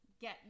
get